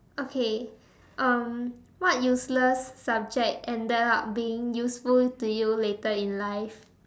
okay um what useless subject ended up being useful to you later in life